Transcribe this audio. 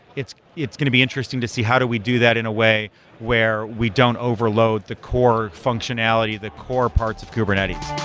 it's it's going to be interesting to see how do we do that in a way where we don't overload the core functionality, the core parts of kubernetes.